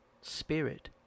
spirit